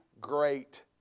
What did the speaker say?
great